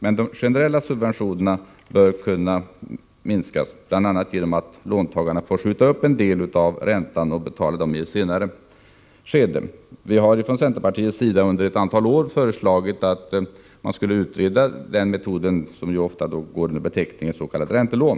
Men de generella subventionerna bör kunna minskas, bl.a. genom att låntagarna får skjuta på betalningen av en del av räntan för att göra en inbetalning i ett senare skede. Från centerns sida har vi under ett antal år föreslagit att man gör en utredning beträffande den metod som gäller s.k. räntelån.